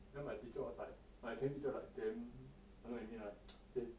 then my teacher was like my chinese teacher like damn annoyed at me like eh